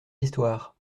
histoires